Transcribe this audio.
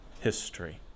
history